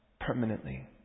permanently